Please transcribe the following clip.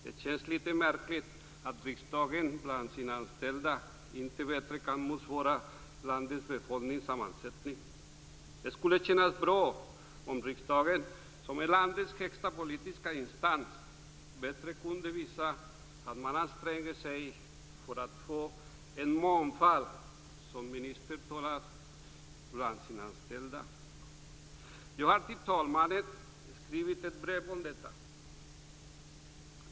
Det känns litet märkligt att riksdagen bland sina anställda inte bättre kan motsvara landets befolkningssammansättning. Det skulle kännas bra om riksdagen, som är landets högsta politiska instans, bättre kunde visa att man anstränger sig för att få en mångfald av människor bland sina anställda. Jag har till talmannen skrivit ett brev om detta.